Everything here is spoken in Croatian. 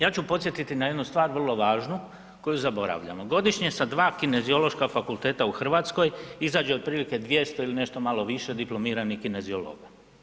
Ja ću podsjetiti na jednu stvar vrlo važnu koju zaboravljamo, godišnje sa dva kineziološka fakulteta u Hrvatskoj izađe otprilike 200 ili nešto malo više diplomiranih kineziologa.